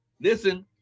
listen